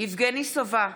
יבגני סובה,